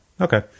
Okay